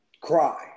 cry